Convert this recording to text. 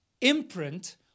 imprint